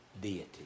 deity